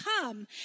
come